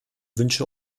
wünsche